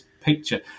picture